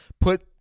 put